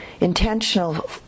Intentional